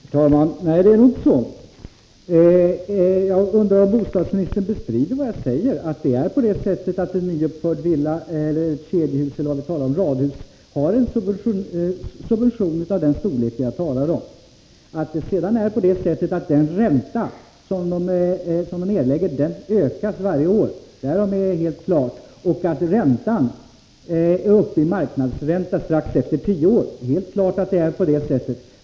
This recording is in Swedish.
Herr talman! Nej, det är nog inte så. Jag undrar om bostadsministern bestrider mitt påstående om att en nyuppförd villa, kedjehus eller radhus har en subvention av den storlek som jag talade om. Att den ränta som skall erläggas ökar varje år är helt klart. Det är också helt klart att räntan är uppe i marknadsränta strax efter tio år.